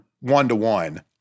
one-to-one